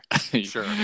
sure